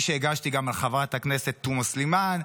שהגשתי גם נגד חברת הכנסת תומא סלימאן,